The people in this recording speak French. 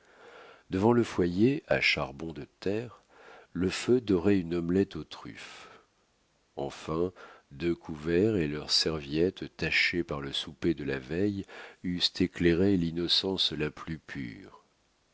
devant le foyer à charbon de terre le feu dorait une omelette aux truffes enfin deux couverts et leurs serviettes tachées par le souper de la veille eussent éclairé l'innocence la plus pure